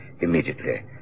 immediately